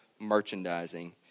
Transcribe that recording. Merchandising